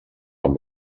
amb